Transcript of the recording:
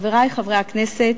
חברי חברי הכנסת,